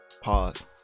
pause